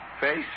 Face